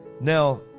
Now